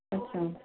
अच्छा